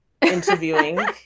interviewing